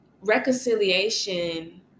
reconciliation